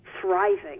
thriving